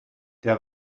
der